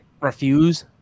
refuse